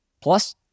Plus